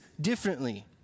differently